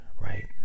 right